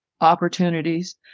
opportunities